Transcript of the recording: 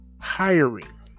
hiring